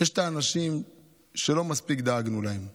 אנשים שלא מספיק דאגנו להם.